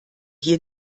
hier